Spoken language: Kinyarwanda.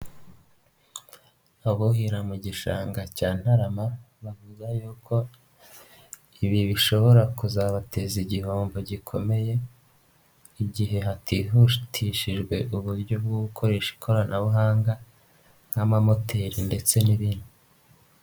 Abuhira mu gishanga cya Ntarama bavuga yuko ibi bishobora kuzabateza igihombo gikomeye igihe hatihutishijwe uburyo bwo gukoresha ikoranabuhanga nk'amamoteri ndetse n'ibindi.